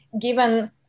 given